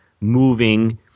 moving